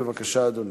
בבקשה, אדוני.